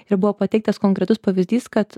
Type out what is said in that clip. ir buvo pateiktas konkretus pavyzdys kad